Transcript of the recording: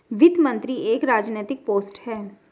वित्त मंत्री एक राजनैतिक पोस्ट है